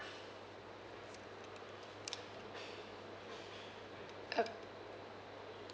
uh